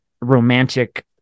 romantic